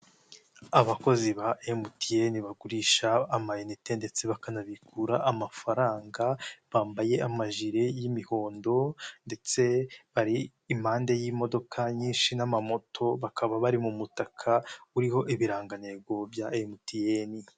Abakozi ba Emutiyeni bagurisha amayinite ndetse bakanabikura amafaranga bambaye amajiri y'imihondo ndetse bari impande y'imodoka nyinshi n'amamoto bakaba bari mu mutaka uriho ibirangantego bya Emutiyeni.